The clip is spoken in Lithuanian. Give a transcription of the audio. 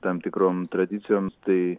tam tikrom tradicijom tai